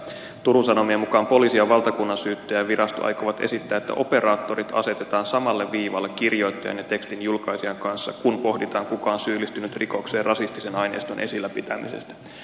turun sanomien mukaan poliisi ja valtakunnansyyttäjänvirasto aikovat esittää että operaattorit asetetaan samalle viivalle kirjoittajan ja tekstin julkaisijan kanssa kun pohditaan kuka on syyllistynyt rikokseen rasistisen aineiston esillä pitämisestä